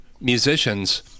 musicians